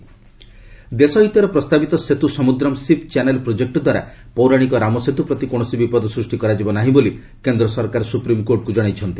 SC ସେତ୍ ଦେଶ ହିତରେ ପ୍ରସ୍ତାବିତ ସେତୁ ସମୁଦ୍ରମ୍ ସିପ୍ ଚ୍ୟାନେଲ୍ ପ୍ରଜେକୃଦ୍ୱାରା ପୌରାଣିକ ରାମସେତୁ ପ୍ରତି କୌଣସି ବିପଦ ସୃଷ୍ଟି କରାଯିବ ନାହିଁ ବୋଲି କେନ୍ଦ୍ର ସରକାର ସୁପ୍ରିମ୍କୋର୍ଟଙ୍କୁ ଜଣାଇଛନ୍ତି